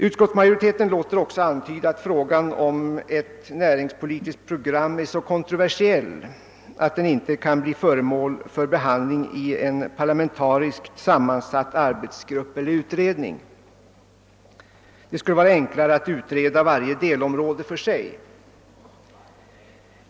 Utskottsmajoriteten antyder också att frågan om ett näringspolitiskt program är så kontroversiell, att den inte kan bli föremål för behandling i en parlamentariskt sammansatt arbetsgrupp eller utredning — det skulle vara enklare att utreda varje delområde för sig.